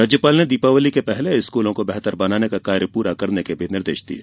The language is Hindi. राज्यपाल ने दीपावली के पहले स्कूलों को बेहतर बनाने का कार्य पूरा करने के भी निर्देश दिये